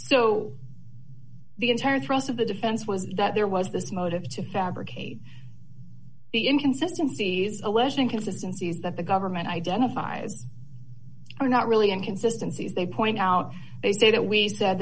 so the entire thrust of the defense was that there was this motive to fabricate the inconsistency as alleged inconsistency is that the government identifies or not really inconsistency as they point out they say that we said